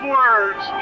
words